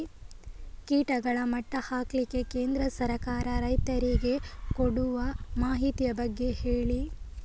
ಕೀಟಗಳ ಮಟ್ಟ ಹಾಕ್ಲಿಕ್ಕೆ ಕೇಂದ್ರ ಸರ್ಕಾರ ರೈತರಿಗೆ ಕೊಡುವ ಮಾಹಿತಿಯ ಬಗ್ಗೆ ಹೇಳಿ